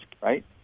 Right